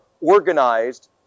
organized